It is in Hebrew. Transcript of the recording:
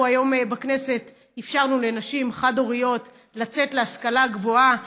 אנחנו היום בכנסת אפשרנו לנשים חד-הוריות לצאת להשכלה גבוהה,